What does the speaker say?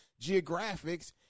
geographics